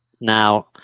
Now